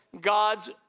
God's